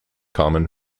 common